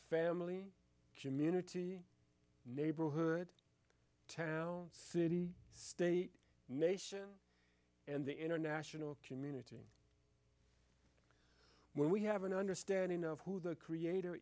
family community neighborhood town city state nation and the international community when we have an understanding of who the creator